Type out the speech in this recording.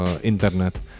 internet